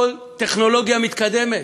הכול טכנולוגיה מתקדמת.